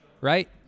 right